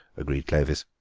agreed clovis.